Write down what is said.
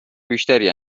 بیشتری